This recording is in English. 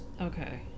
Okay